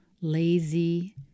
lazy